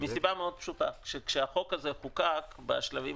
זה מסיבה מאוד פשוטה: כשהחוק הזה חוקק בשלבים